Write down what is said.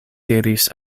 diris